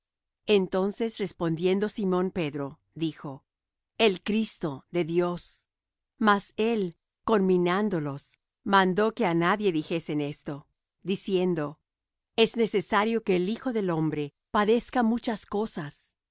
entonces respondiendo simón pedro dijo el cristo de dios mas él conminándolos mandó que á nadie dijesen esto diciendo es necesario que el hijo del hombre padezca muchas cosas